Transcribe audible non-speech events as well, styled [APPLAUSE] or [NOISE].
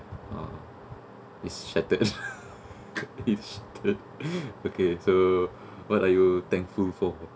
oh it's shuttered [LAUGHS] it's shuttered okay so what are you thankful for